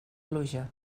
pluja